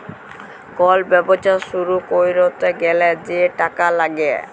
call ব্যবছা শুরু ক্যইরতে গ্যালে যে টাকা ল্যাগে